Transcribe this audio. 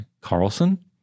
Carlson